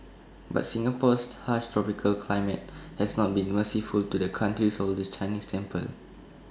but Singapore's harsh tropical climate has not been merciful to the country's oldest Chinese temple